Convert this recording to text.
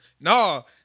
No